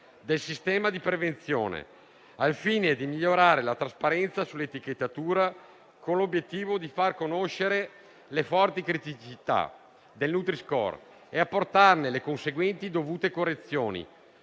del sistema di prevenzione, al fine di migliorare la trasparenza sull'etichettatura con l'obiettivo di far conoscere le forti criticità del nutri-score e apportarvi le conseguenti dovute correzioni;